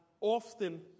often